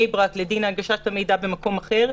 ברק לדין ההנגשה של המידע במקום אחר.